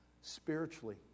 spiritually